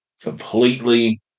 completely